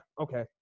okay